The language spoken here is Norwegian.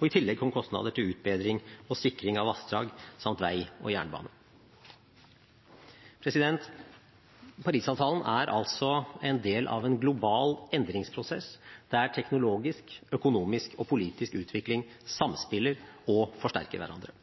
og i tillegg kom kostnader til utbedring og sikring av vassdrag samt vei og jernbane. Paris-avtalen er altså en del av en global endringsprosess der teknologisk, økonomisk og politisk utvikling samspiller og forsterker hverandre.